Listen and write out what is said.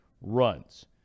runs